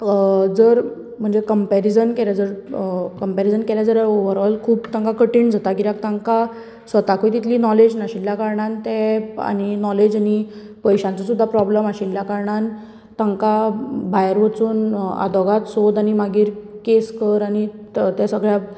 जर म्हणजे कंपेरिजन केले जर कंपेरिजन केले जाल्यार ओवरॉल खूब तांकां कठीन जाता किद्याक तांकां स्वताकूय तितली नोलेज नाशिल्ल्या कारणान ते आनी नोलेज आनी पयशांचो सुदा प्रोबलेम आशिल्ल्या कारणान तांकां भायर वचून आद्वोगाद सोद मागीर केस कर आनी त्या सगळ्यां